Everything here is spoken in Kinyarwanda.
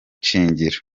shingiro